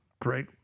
great